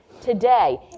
today